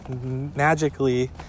magically